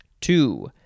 two